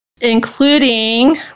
including